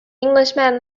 englishman